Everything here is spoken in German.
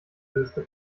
döste